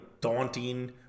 daunting